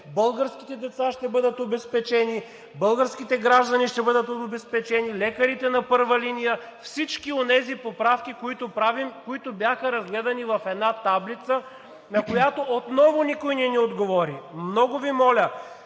българските деца ще бъдат обезпечени, българските граждани ще бъдат обезпечени, лекарите на първа линия и всички онези поправки, които правим и които бяха разгледани в една таблица, на която отново никой не ни отговори. Много Ви моля,